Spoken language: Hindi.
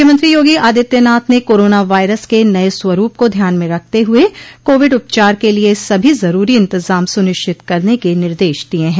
मुख्यमंत्री योगी आदित्यनाथ ने कोरोना वायरस के नये स्वरूप को ध्यान में रखते हुए कोविड उपचार के लिये सभी जरूरी इन्तजाम सुनिश्चित करने के निर्देश दिए हैं